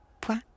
Point